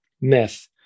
myth